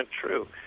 true